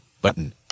Button